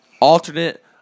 Alternate